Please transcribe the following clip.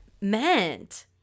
meant